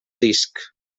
disc